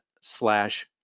slash